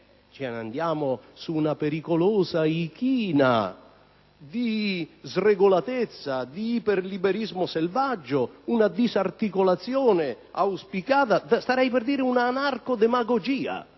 andiamo su una pericolosa "ichina" di sregolatezza, di iperliberismo selvaggio: una disarticolazione auspicata e, direi quasi, un'anarco-demagogia.